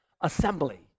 assembly